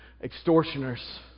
Extortioners